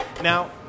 Now